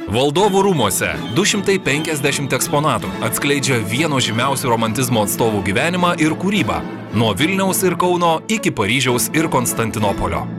valdovų rūmuose du šimtai penkiasdešimt eksponatų atskleidžia vieno žymiausių romantizmo atstovų gyvenimą ir kūrybą nuo vilniaus ir kauno iki paryžiaus ir konstantinopolio